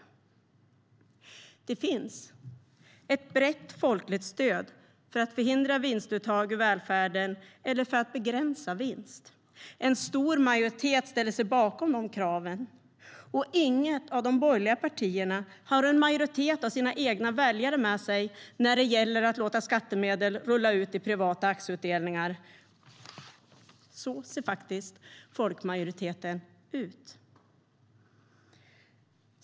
Det finns ett brett folkligt stöd för att förhindra vinstuttag ur välfärden eller begränsa vinsten. En stor majoritet ställer sig bakom de kraven. Inget av de borgerliga partierna har en majoritet av sina egna väljare med sig när det gäller att låta skattemedel rulla ut i privata aktieutdelningar. Så ser faktiskt folkmajoriteten ut.